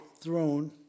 throne